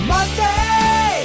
Monday